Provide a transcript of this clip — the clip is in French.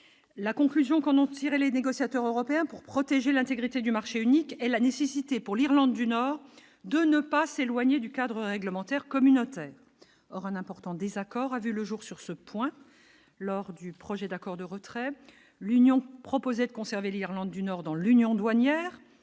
la conclusion qu'en ont tiré les négociateurs européens pour protéger l'intégrité du marché unique et la nécessité pour l'Irlande du Nord de ne pas s'éloigner du cadre réglementaire communautaire, or un important désaccord a vu le jour sur ce point lors du projet d'accord de retrait l'Union proposait de conserver l'Irlande du Nord dans l'union douanière,